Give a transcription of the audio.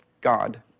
God